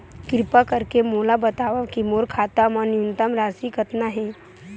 किरपा करके मोला बतावव कि मोर खाता मा न्यूनतम राशि कतना हे